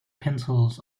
pencils